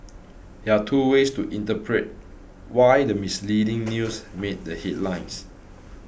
there are two ways to interpret why the misleading news made the headlines